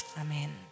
Amen